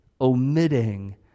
omitting